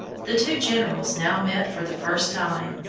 the two generals now met for the first time,